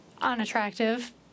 unattractive